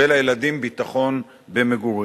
ולילדים ביטחון במגורים.